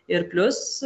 ir plius